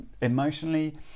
emotionally